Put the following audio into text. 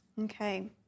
Okay